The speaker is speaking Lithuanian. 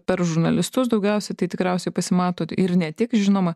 per žurnalistus daugiausiai tai tikriausiai pasimato ir ne tik žinoma